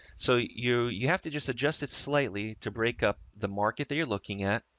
so you, you have to just adjust it slightly to break up the market that you're looking at,